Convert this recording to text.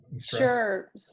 Sure